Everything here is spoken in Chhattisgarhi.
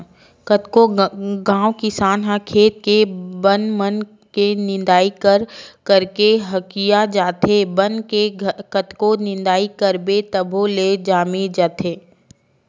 कतको घांव किसान ह खेत के बन मन के निंदई कर करके हकिया जाथे, बन के कतको निंदई करबे तभो ले जामी जाथे